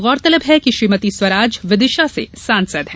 गौरतलब है कि श्रीमती स्वराज विदिशा से सांसद हैं